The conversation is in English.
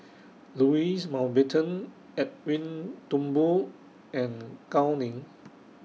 Louis Mountbatten Edwin Thumboo and Gao Ning